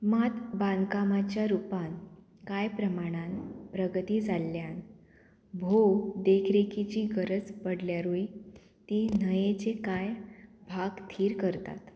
मात बांदकामाच्या रुपान कांय प्रमाणान प्रगती जाल्ल्यान वो देखरेखीची गरज पडल्यारूय ती न्हंयेचे कांय भाग थीर करतात